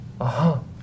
aha